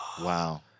Wow